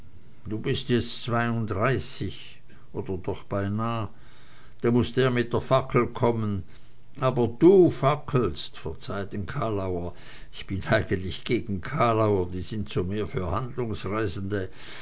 du bist jetzt zweiunddreißig oder doch beinah da muß der mit der fackel kommen aber du fackelst verzeih den kalauer ich bin eigentlich gegen kalauer die sind so mehr für